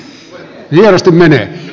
olkaa hyvä edustaja paatero